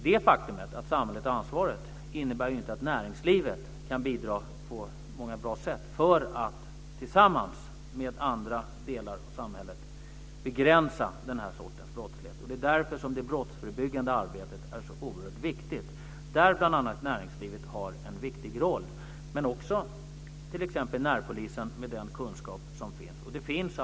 Det faktum att samhället har ansvaret innebär dock inte att inte näringslivet kan bidra på många bra sätt för att, tillsammans med andra delar av samhället, begränsa den här sortens brottslighet. Det är därför som det brottsförebyggande arbetet är så oerhört viktigt, och där har bl.a. näringslivet en viktig roll - men också t.ex. närpolisen med den kunskap som där finns.